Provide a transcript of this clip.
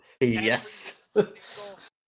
yes